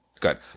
good